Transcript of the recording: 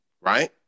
right